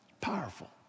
powerful